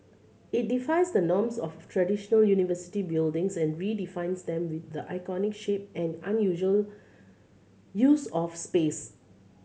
it defies the norms of traditional university buildings and redefines them with the iconic shape and unusual use of space